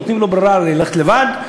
נותנים לו ברירה: ללכת לבד,